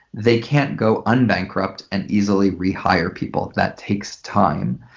they can't go un-bankrupt and easily rehire people. that takes time.